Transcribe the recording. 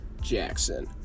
Jackson